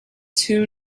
two